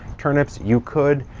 turnips you could,